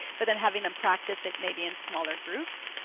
but then having them practice it maybe in smaller groups.